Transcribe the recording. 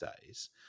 days